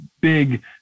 big